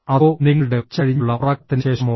അതോ നിങ്ങളുടെ ഉച്ചകഴിഞ്ഞുള്ള ഉറക്കത്തിന് ശേഷമോ